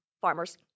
farmers